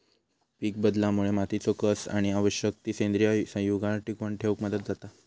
पीकबदलामुळे मातीचो कस आणि आवश्यक ती सेंद्रिय संयुगा टिकवन ठेवक मदत जाता